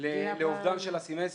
לאובדן של הסמסטר.